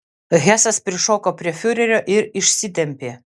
hesas prišoko prie fiurerio ir išsitempė